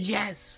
Yes